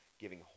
giving